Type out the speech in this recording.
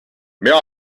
mehr